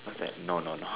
what's that no no no